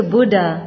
Buddha